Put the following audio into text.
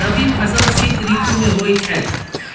रबी फसल शीत ऋतु मे होए छैथ?